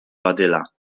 badyla